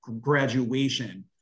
graduation